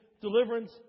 deliverance